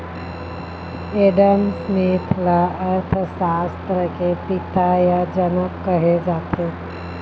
Adam Smith ल अर्थसास्त्र के पिता य जनक कहे जाथे